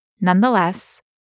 Nonetheless